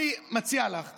אני מציע לך,